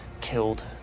killed